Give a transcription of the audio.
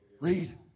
Read